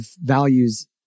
values